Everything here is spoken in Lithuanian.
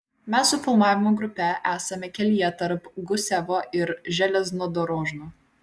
mes su filmavimo grupe esame kelyje tarp gusevo ir železnodorožno